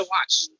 watch